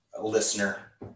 listener